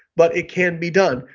but it can be done.